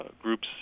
groups